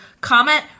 comment